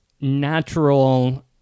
natural